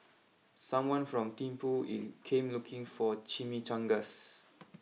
someone from Thimphu came looking for Chimichangas